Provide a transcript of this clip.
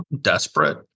desperate